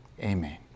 Amen